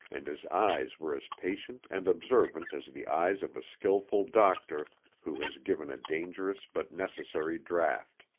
and his eyes were as patient and observant as the eyes of a skillful doctor who has given a dangerous but necessary draught.